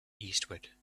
eastward